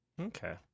Okay